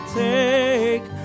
take